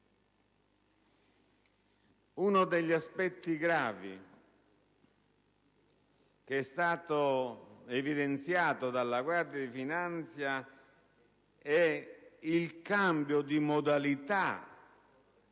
Uno degli aspetti gravi che è stato evidenziato dalla Guardia di finanza è il cambio di modalità